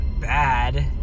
bad